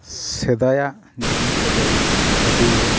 ᱥᱮᱫᱟᱭᱟᱜ ᱡᱤᱱᱤᱥ ᱠᱚᱫᱚ ᱟᱹᱰᱤ